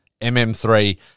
MM3